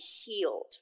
healed